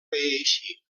reeixí